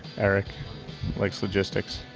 eric likes logistics,